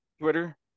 Twitter